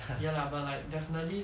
ya lah but like definitely